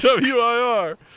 WIR